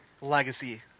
Legacy